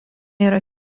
yra